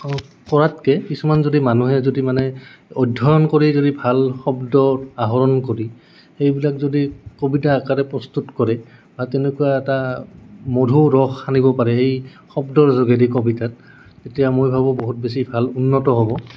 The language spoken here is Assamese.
কৰাতকে কিছুমান যদি মানুহে যদি মানে অধ্যয়ন কৰি যদি ভাল শব্দ আহৰণ কৰি সেইবিলাক যদি কবিতা আকাৰে প্ৰস্তুত কৰে বা তেনেকুৱা এটা মধুৰ ৰস আনিব পাৰে সেই শব্দৰ যোগেদি কবিতাত তেতিয়া মই ভাবোঁ বহুত বেছি ভাল উন্নত হ'ব